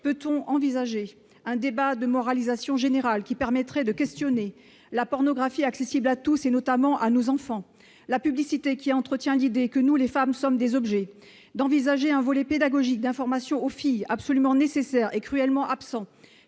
peut-on envisager un débat de moralisation générale qui permettrait de questionner la pornographie accessible à tous et notamment à nos enfants la publicité qui entretient l'idée que nous les femmes sommes des objets d'envisager un volet pédagogique d'information aux filles absolument nécessaire est cruellement absent